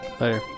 Later